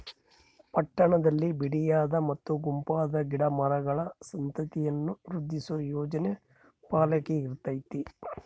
ಪಟ್ಟಣದಲ್ಲಿ ಬಿಡಿಯಾದ ಮತ್ತು ಗುಂಪಾದ ಗಿಡ ಮರಗಳ ಸಂತತಿಯನ್ನು ವೃದ್ಧಿಸುವ ಯೋಜನೆ ಪಾಲಿಕೆಗಿರ್ತತೆ